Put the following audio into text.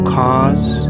cause